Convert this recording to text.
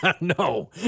No